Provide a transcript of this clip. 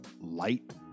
light